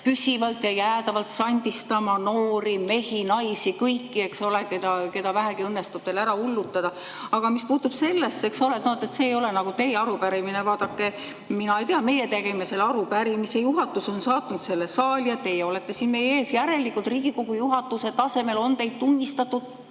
püsivalt ja jäädavalt sandistama noori mehi, naisi – kõiki, eks ole, keda vähegi õnnestub ära hullutada. Aga mis puutub sellesse, et see ei ole nagu teie arupärimine – vaadake, mina ei tea, meie tegime selle arupärimise, juhatus on saatnud selle saali ja teie olete siin meie ees. Järelikult Riigikogu juhatuse tasemel on teid tunnistatud